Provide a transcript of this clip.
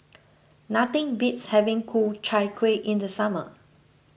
nothing beats having Ku Chai Kueh in the summer